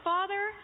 Father